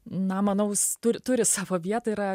na manau jis tur turi savo vietą yra